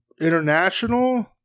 international